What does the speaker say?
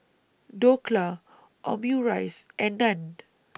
Dhokla Omurice and Naan